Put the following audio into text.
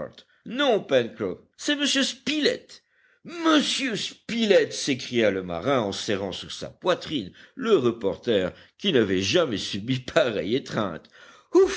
non pencroff c'est monsieur spilett monsieur spilett s'écria le marin en serrant sur sa poitrine le reporter qui n'avait jamais subi pareille étreinte